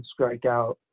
strikeout